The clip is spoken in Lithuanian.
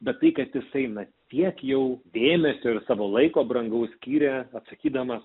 bet tai kad jisai na tiek jau dėmesio ir savo laiko brangių skyrė atsakydamas